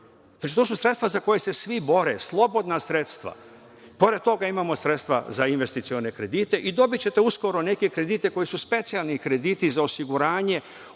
manje. To su sredstva za koje se svi bore, slobodna sredstva. Pored toga, imamo sredstva za investicione kredite i dobićete uskoro neke kredite koji su specijalni krediti za osiguranje